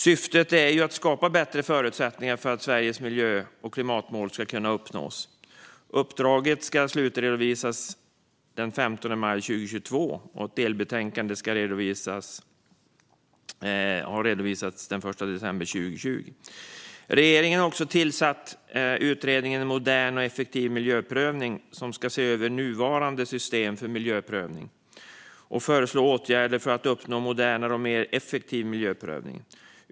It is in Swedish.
Syftet är att skapa bättre förutsättningar för att Sveriges miljö och klimatmål ska kunna uppnås. Uppdraget ska slutredovisas den 15 maj 2022, och ett delbetänkande redovisades den 1 december 2020. Regeringen har också tillsatt utredningen En modern och effektiv miljöprövning, som ska se över nuvarande system för miljöprövning och föreslå åtgärder för att uppnå en modernare och mer effektiv miljöprövning.